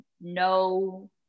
no